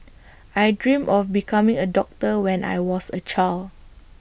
I dreamt of becoming A doctor when I was A child